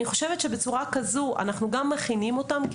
אני חושבת שבצורה שכזו אנחנו מכינים אותם כי